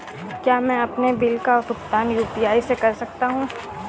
क्या मैं अपने बिल का भुगतान यू.पी.आई से कर सकता हूँ?